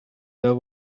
there